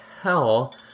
hell